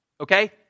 Okay